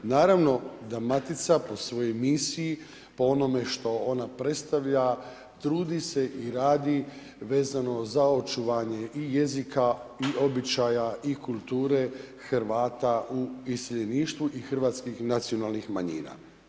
Naravno da matica po svojoj misiji po onome što ona predstavlja trudi se i radi vezano za očuvanje jezika i običaja i kulture Hrvata u iseljeništvu i Hrvatskih nacionalnih manjina.